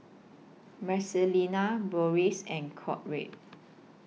Marcelina Boris and Conrad